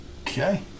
Okay